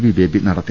V Baby നടത്തി